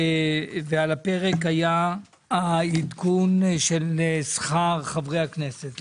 כשעל הפרק היה העדכון של שכר חברי הכנסת.